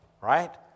right